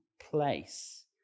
place